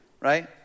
right